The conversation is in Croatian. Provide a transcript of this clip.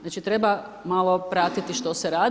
znači, treba malo pratiti što se radi.